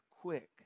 quick